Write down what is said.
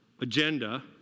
agenda